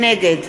נגד